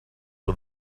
but